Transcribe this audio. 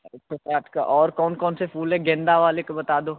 एक सौ साठ का और कौन कौन से फूल हैं गेंदा वाले का बता दो